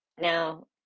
Now